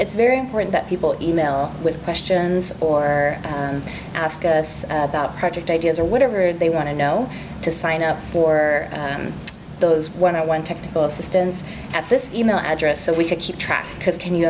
it's very important that people e mail with questions or ask us about project ideas or whatever they want to know to sign up for those when i want technical assistance at this email address so we can keep track because can you